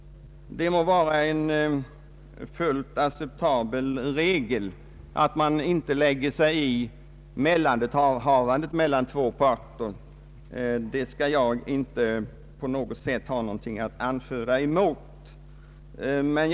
Det må vara en fullt acceptabel regel att man inte lägger sig i ett mellanhavande mellan två parter. Jag skall inte anföra något emot detta.